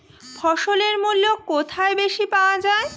ফসলের মূল্য কোথায় বেশি পাওয়া যায়?